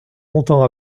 longtemps